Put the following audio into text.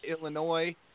Illinois